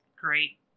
great